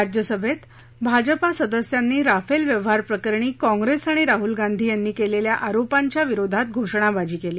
राज्यसभेत भाजपा सदस्यानी राफेल व्यवहार प्रकरणी काँग्रेस आणि राहल गांधी यांनी केलेल्या आरोपांच्या विरोधात घोषणाबाजी केली